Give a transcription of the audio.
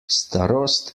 starost